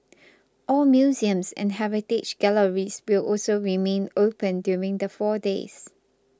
all museums and heritage galleries will also remain open during the four days